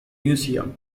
museum